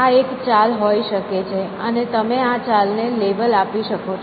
આ એક ચાલ હોઈ શકે છે અને તમે આ ચાલને લેબલ આપી શકો છો